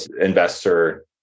investor